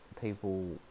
people